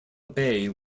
bay